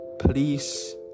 please